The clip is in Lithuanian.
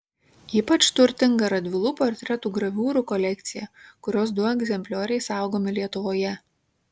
ypač turtinga radvilų portretų graviūrų kolekcija kurios du egzemplioriai saugomi lietuvoje